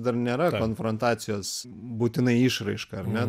dar nėra konfrontacijos būtinai išraiška ar ne